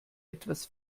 etwas